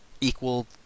equal